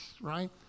right